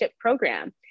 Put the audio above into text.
program